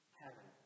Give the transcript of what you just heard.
heaven